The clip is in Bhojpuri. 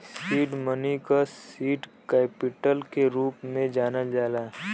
सीड मनी क सीड कैपिटल के रूप में जानल जाला